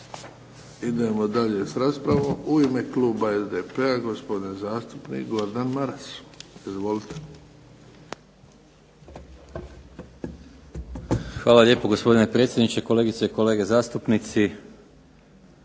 Idemo dalje s raspravom. U ime kluba SDP-a gospodin zastupnik Gordan Maras. Izvolite. **Maras, Gordan (SDP)** Hvala lijepo gospodine predsjedniče, kolegice i kolege zastupnici,